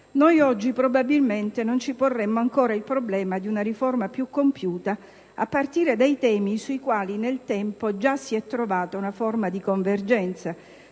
noi oggi probabilmente non ci porremmo ancora il problema di una riforma più compiuta, a partire dai temi su cui nel tempo si è già trovata una forma di convergenza: